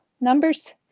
Numbers